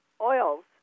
oils